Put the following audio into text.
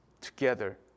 together